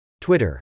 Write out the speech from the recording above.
Twitter